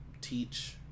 teach